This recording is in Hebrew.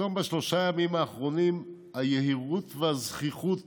פתאום בשלושת הימים האחרונים היהירות והזחיחות